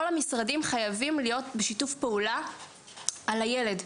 המשרדים חייבים להיות בשיתוף פעולה בעזרה לילד.